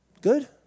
Good